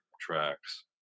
tracks